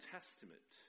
Testament